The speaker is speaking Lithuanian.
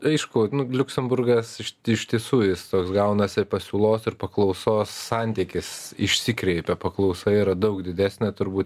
aišku nu liuksemburgas iš iš tiesų jis toks gaunasi pasiūlos ir paklausos santykis išsikreipia paklausa yra daug didesnė turbūt